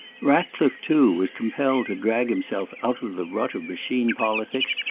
ratcliffe, too, was compelled to drag himself out of the rut of machine politics,